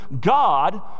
God